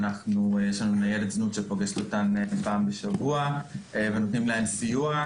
יש לנו ניידת זנות שפוגשת אותן אחת לשבוע ומעניקה להם סיוע.